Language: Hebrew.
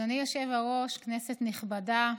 אדוני היושב-ראש, כנסת נכבדה,